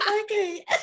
okay